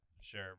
sure